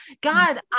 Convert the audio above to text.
God